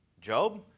Job